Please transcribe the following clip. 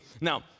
now